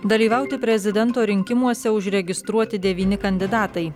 dalyvauti prezidento rinkimuose užregistruoti devyni kandidatai